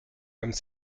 comme